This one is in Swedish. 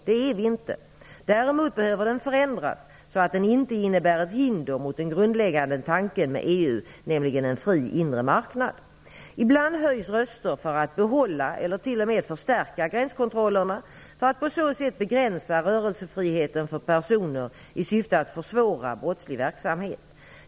Det är vi inte! Däremot behöver den förändras så att den inte innebär ett hinder mot den grundläggande tanken med EU nämligen en fri inre marknad. Ibland höjs röster för att behålla eller t.o.m. förstärka gränskontrollerna för att på så sätt begränsa rörelsefriheten för personer i syfte att försvåra brottslig verksamhet.